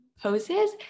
poses